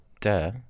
Duh